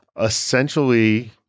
Essentially